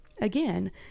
Again